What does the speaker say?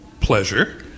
Pleasure